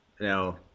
now